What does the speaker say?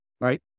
Right